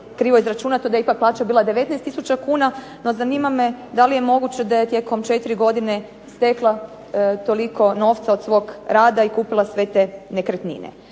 krivo izračunato, da je ipak plaća bila 19 tisuća kuna, no zanima me da li je moguće da je tijekom 4 godine stekla toliko novca od svog rada i kupila sve te nekretnine.